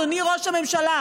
אדוני ראש הממשלה.